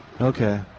Okay